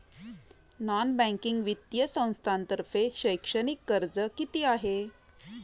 Non banking वित्तीय संस्थांतर्फे शैक्षणिक कर्ज किती आहे?